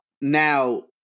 now